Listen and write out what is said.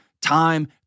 time